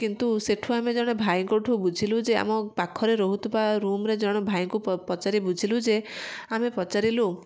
କିନ୍ତୁ ସେଠୁ ଆମେ ଜଣେ ଭାଇଙ୍କଠୁ ବୁଝିଲୁ ଯେ ଆମ ପାଖରେ ରହୁଥିବା ରୁମ୍ରେ ଜଣେ ଭାଇଙ୍କୁ ପଚାରି ବୁଝିଲୁ ଯେ ଆମେ ପଚାରିଲୁ